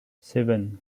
seven